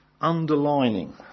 underlining